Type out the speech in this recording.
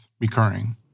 recurring